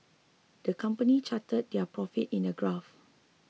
the company charted their profit in a graph